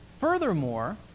Furthermore